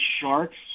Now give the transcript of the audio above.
Sharks